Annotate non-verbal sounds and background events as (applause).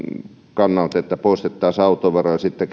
kannalta että poistettaisiin autovero ja sitten (unintelligible)